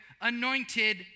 anointed